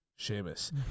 Sheamus